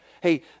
hey